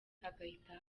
agahita